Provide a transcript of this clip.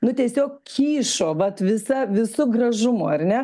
nu tiesiog kyšo vat visa visu gražumu ar ne